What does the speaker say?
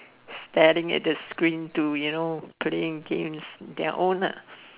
staring at the screen to you know playing games their own ah